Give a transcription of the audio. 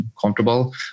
comfortable